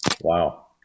Wow